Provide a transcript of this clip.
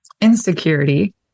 insecurity